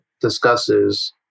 discusses